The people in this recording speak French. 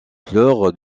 fleur